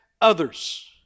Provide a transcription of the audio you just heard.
others